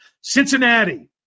Cincinnati